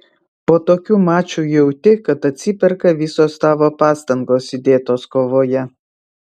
po tokių mačų jauti kad atsiperka visos tavo pastangos įdėtos kovoje